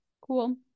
Cool